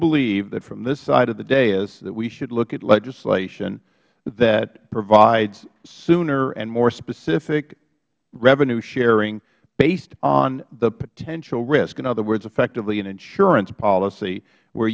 believe that from this side of the dais that we should look at legislation that provides sooner and more specific revenuesharing based on the potential risk in other words effectively insurance policy where